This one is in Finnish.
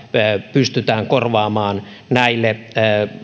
pystytään korvaamaan näille